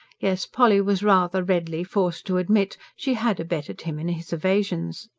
yes, polly was rather redly forced to admit, she had abetted him in his evasions.